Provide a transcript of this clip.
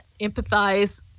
empathize